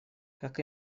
как